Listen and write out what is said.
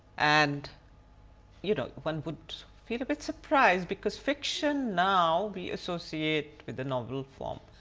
and you know one would feel a bit surprised because fiction now we associate with the novel form.